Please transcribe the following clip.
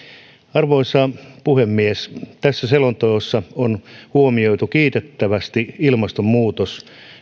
arvoisa puhemies tässä selonteossa on huomioitu kiitettävästi ilmastonmuutos